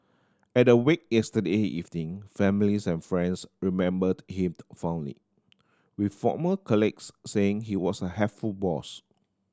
at the wake yesterday evening families and friends remembered him fondly with former colleagues saying he was a helpful boss